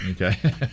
Okay